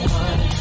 one